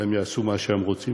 והם יעשו מה שהם רוצים.